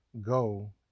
go